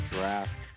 Draft